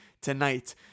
tonight